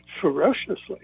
ferociously